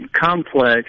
complex